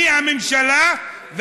אני הממשלה,